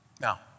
Now